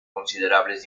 considerables